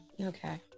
Okay